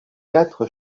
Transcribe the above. quatre